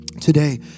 Today